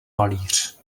malíř